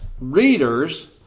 readers